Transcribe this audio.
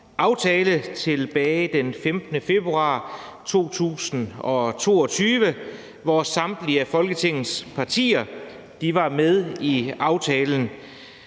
aftale tilbage fra den 15. februar 2022, hvor samtlige Folketingets partier var med i aftalen.